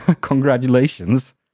Congratulations